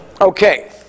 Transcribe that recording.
Okay